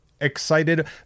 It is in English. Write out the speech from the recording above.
excited